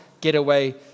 getaway